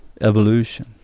evolution